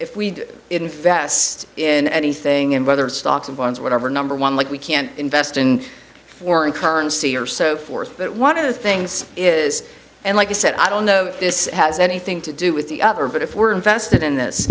if we invest in anything and whether it's stocks and bonds or whatever number one like we can invest in foreign currency or so forth but one of the things is and like i said i don't know if this has anything to do with the other but if we're invested in this